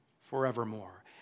forevermore